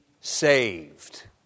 saved